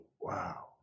Wow